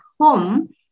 home